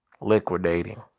liquidating